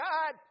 God